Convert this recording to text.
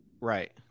right